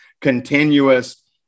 continuous